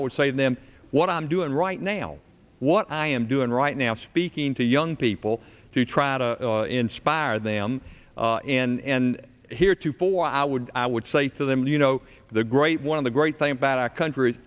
i would say to them what i'm doing right now what i am doing right now speaking to young people to try to inspire them and here to for our would i would say to them you know the great one of the great thing about our country is